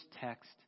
text